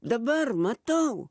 dabar matau